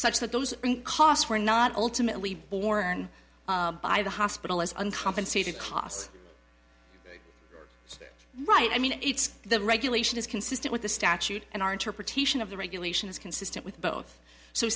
such that those costs were not ultimately borne by the hospital as uncompensated costs right i mean it's the regulation is consistent with the statute and our interpretation of the regulation is consistent with both so